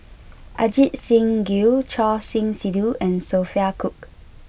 Ajit Singh Gill Choor Singh Sidhu and Sophia Cooke